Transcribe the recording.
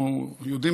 אנחנו יודעים,